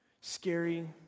scary